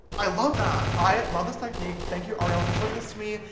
i love that, i love this technique. thank you arielle for showing this to me.